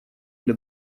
для